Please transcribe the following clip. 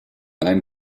ein